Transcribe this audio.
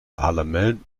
parlament